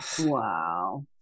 Wow